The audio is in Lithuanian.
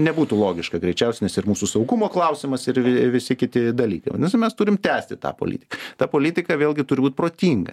nebūtų logiška greičiausiai nes ir mūsų saugumo klausimas ir visi kiti dalykai vadinasi mes turim tęsti tą politiką ta politika vėlgi turi būt protinga